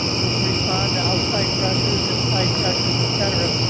we can respond to outside pressures inside pressures, etc,